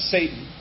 Satan